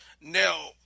Now –